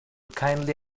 kindly